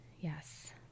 Yes